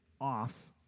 off